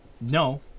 no